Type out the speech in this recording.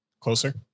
Closer